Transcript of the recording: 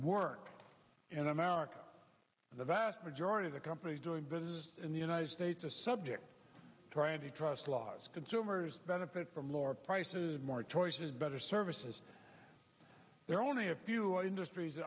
work in america the vast majority of the companies doing business in the united states a subject trying to trust laws consumers benefit from lower prices more choices better services there are only a few industries